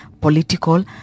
political